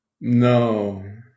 No